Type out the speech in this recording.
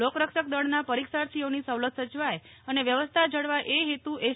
લોકરક્ષક દળના પરીક્ષાર્થીઓની સવલત સચવાય અને વ્યવસ્થા જળવાયએ હેતુ એસ